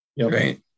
right